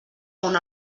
una